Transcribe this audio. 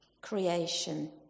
creation